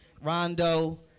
Rondo